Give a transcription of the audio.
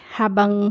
habang